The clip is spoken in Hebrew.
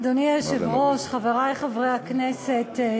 אדוני היושב-ראש, חברי חברי הכנסת,